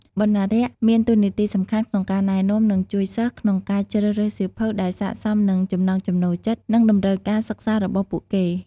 បណ្ណារក្សមានតួនាទីសំខាន់ក្នុងការណែនាំ និងជួយសិស្សក្នុងការជ្រើសរើសសៀវភៅដែលស័ក្តិសមនឹងចំណង់ចំណូលចិត្ត និងតម្រូវការសិក្សារបស់ពួកគេ។